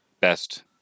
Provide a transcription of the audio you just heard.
best